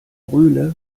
rühle